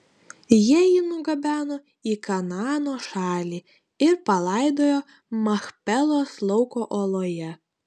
jie jį nugabeno į kanaano šalį ir palaidojo machpelos lauko oloje